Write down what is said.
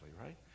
right